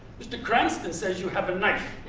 mr cranston says you have a knife.